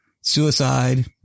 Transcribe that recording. suicide